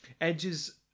Edge's